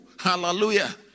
Hallelujah